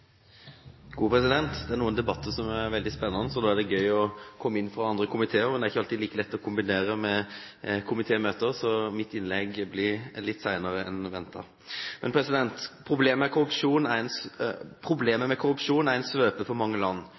noen debatter som er veldig spennende, og da er det gøy å komme inn fra andre komiteer, men det er ikke alltid like lett å kombinere med komitémøter. Så mitt innlegg ble litt senere enn ventet. Problemet med korrupsjon er en svøpe for mange land – ikke minst i fattige deler av verden. Dette er